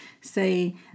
say